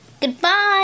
Goodbye